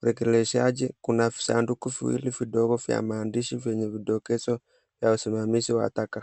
urekeleshaji. Kuna visanduku viwili vidogo vya maandishi vyenye vidokezo vya usimamizi wa taka.